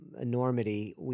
enormity